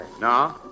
No